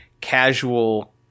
casual